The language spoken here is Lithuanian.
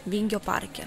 vingio parke